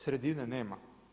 Sredine nema.